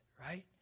right